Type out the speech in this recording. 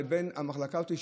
לבין המחלקה הזאת,